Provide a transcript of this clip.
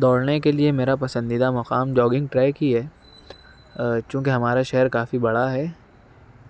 دوڑنے کے لیے میرا پسندیدہ مقام جوگنگ ٹریک ہی ہے چونکہ ہمارا شہر کافی بڑا ہے